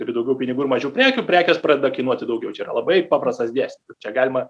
turi daugiau pinigų ir mažiau prekių prekės pradeda kainuoti daugiau čia yra labai paprastas dėsnis čia galima